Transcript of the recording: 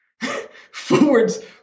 forwards